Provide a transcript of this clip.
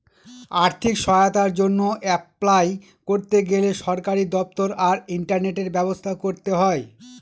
আর্থিক সহায়তার জন্য অ্যাপলাই করতে গেলে সরকারি দপ্তর আর ইন্টারনেটের ব্যবস্থা করতে হয়